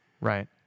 Right